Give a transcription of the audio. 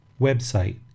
Website